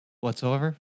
whatsoever